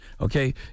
Okay